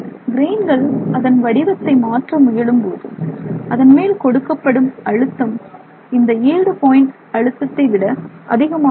கிரெயின்கள் அதன் வடிவத்தை மாற்ற முயலும்போது அதன்மேல் கொடுக்கப்படும் அழுத்தம் இந்த ஈல்டு பாயிண்ட் அழுத்தத்தை விட அதிகமாக இருக்கும்